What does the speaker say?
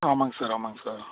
ஆமாங்க சார் ஆமாங்க சார்